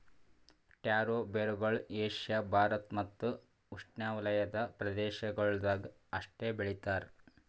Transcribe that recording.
taro ಬೇರುಗೊಳ್ Asia Bharat ಮತ್ತ್ ಉಷ್ಣೆವಲಯದ ಪ್ರದೇಶಗೊಳ್ದಾಗ್ ಅಷ್ಟೆ ಬೆಳಿತಾರ್